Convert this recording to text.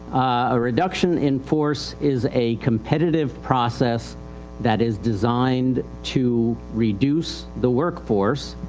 a reduction in force is a competitive process that is designed to reduce the workforce,